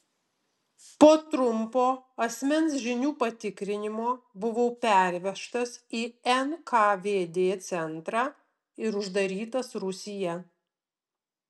po trumpo asmens žinių patikrinimo buvau pervežtas į nkvd centrą ir uždarytas rūsyje